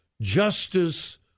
justice